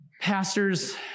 pastors